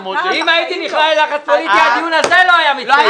אם הייתי נכנע ללחץ פוליטי הדיון הזה לא היה מתקיים.